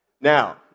Now